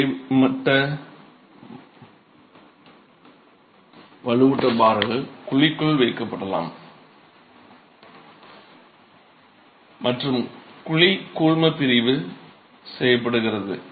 கிடைமட்ட மற்றும் செங்குத்து வலுவூட்டல் பார்கள் குழிக்குள் வைக்கப்படலாம் மற்றும் குழி கூழ்மப்பிரிப்பு செய்யப்படுகிறது